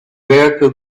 werke